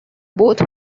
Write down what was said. both